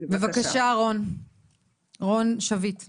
בבקשה, רון שביט.